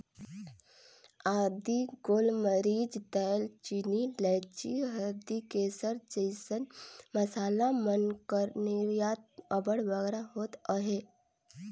आदी, गोल मरीच, दाएल चीनी, लाइची, हरदी, केसर जइसन मसाला मन कर निरयात अब्बड़ बगरा होत अहे